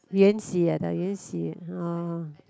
Yan-Xi I tell you Yan-Xi [huh] orh